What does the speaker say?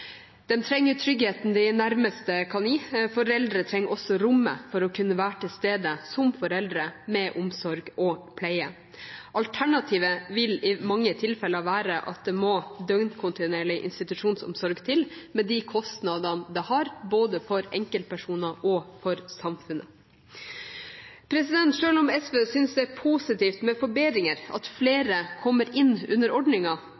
trenger tryggheten de nærmeste kan gi. Foreldre trenger også rommet til å kunne være til stede som foreldre med omsorg og pleie. Alternativet vil i mange tilfeller være døgnkontinuerlig institusjonsomsorg med de kostnadene det har både for enkeltpersoner og for samfunnet. Selv om SV synes det er positivt med forbedringer, og at flere kommer inn under